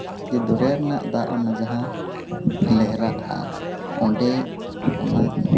ᱡᱮ ᱫᱚᱨᱭᱟ ᱨᱮᱱᱟᱜ ᱫᱟᱜ ᱚᱱᱟ ᱡᱟᱦᱟᱸ ᱞᱮᱦᱨᱟᱜᱼᱟ ᱚᱸᱰᱮ ᱚᱱᱟ